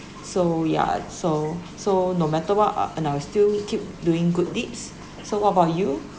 so ya so so no matter what uh and I will still keep doing good deeds so what about you